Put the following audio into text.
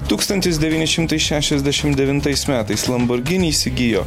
tūkstantis devyni šimtai šešiasdešimt devintais metais lamborghini įsigijo